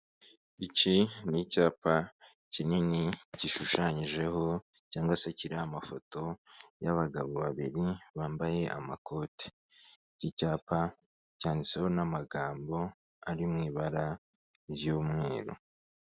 Iki ni icyapa kinini gishushanyijeho cyangwa se kiriho amafoto y'abagabo babiri bambaye amakote. Iki cyapa cyanditseho n'amagambo ari mu ibara ry'umweru.